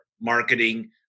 marketing